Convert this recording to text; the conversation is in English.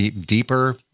deeper